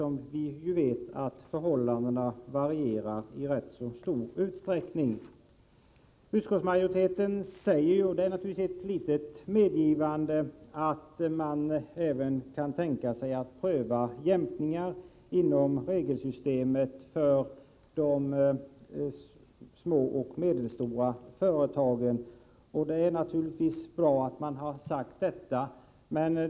Vi vet ju att förhållandena varierar i rätt stor utsträckning. Utskottsmajoriteten säger — och det är naturligtvis ett litet medgivande — att man även kan tänka sig att pröva jämkningar inom regelsystemet för de små och medelstora företagen, och det är givetvis bra.